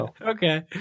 Okay